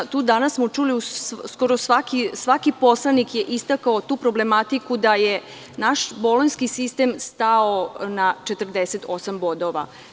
Danas smo čuli od svakog poslanika tu problematiku da je naš Bolonjski sistem stao na 48 bodova.